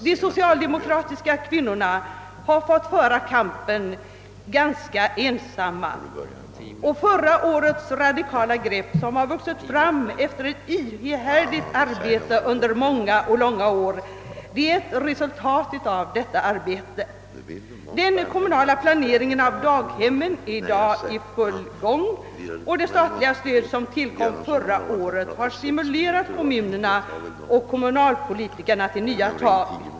De socialdemokratiska kvinnorna har fått föra denna kamp ganska ensamma. Förra årets radikala grepp, som kommit till stånd efter ett ihärdigt arbete under många och långa år, utgör ett resultat av just detta arbete. Den kommunala planeringen av daghemmen är nu i full gång, och det statliga-stöd som tillkom förra året har stimulerat kommunerna och kommunalpolitikerna till nya tag.